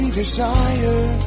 desire